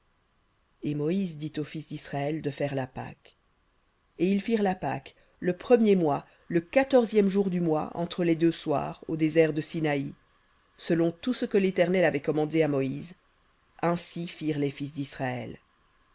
et moïse dit aux fils d'israël de faire la pâque et ils firent la pâque le premier le quatorzième jour du mois entre les deux soirs au désert de sinaï selon tout ce que l'éternel avait commandé à moïse ainsi firent les fils d'israël